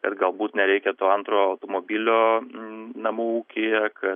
kad galbūt nereikia to antro automobilio namų ūkyje